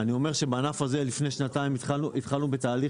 אני אומר שבענף הזה לפני שנתיים התחלנו בתהליך